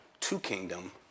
two-kingdom